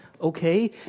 okay